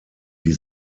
die